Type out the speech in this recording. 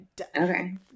Okay